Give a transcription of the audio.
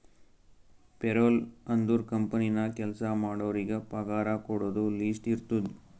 payroll ಅಂದುರ್ company ನಾಗ್ ಕೆಲ್ಸಾ ಮಾಡೋರಿಗ ಪಗಾರ ಕೊಡೋದು ಲಿಸ್ಟ್ ಇರ್ತುದ್